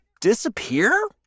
disappear